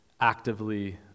actively